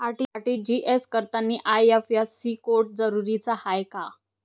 RTGS करतांनी IFSC code जरुरीचा हाय का?